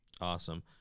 Awesome